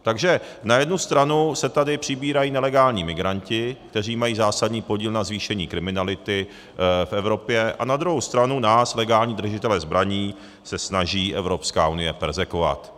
Takže na jednu stranu se tady přibírají nelegální migranti, kteří mají zásadní podíl na zvýšení kriminality v Evropě, a na druhou stranu nás, legální držitele zbraní, se snaží Evropská unie perzekvovat.